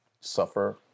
suffer